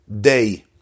day